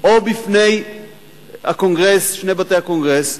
או בפני שני בתי הקונגרס,